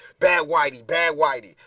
bad whitey, bad whitey!